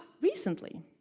Recently